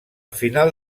finals